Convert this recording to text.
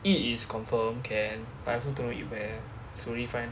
eat is confirm can but I also don't know eat where slowly find